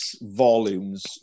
volumes